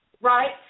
right